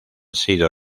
sido